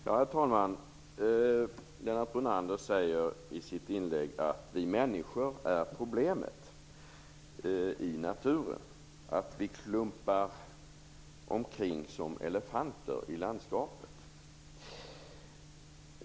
Herr talman! Lennart Brunander sade i sitt inlägg att vi människor är problemet i naturen och att vi klampar omkring som elefanter i landskapet.